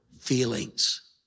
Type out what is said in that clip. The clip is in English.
feelings